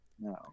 no